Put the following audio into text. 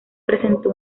presentó